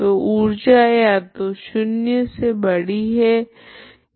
तो ऊर्जा या तो शून्य से बड़ी है या शून्य है